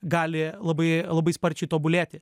gali labai labai sparčiai tobulėti